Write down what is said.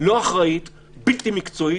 לא אחראית, בלתי מקצועית.